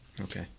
Okay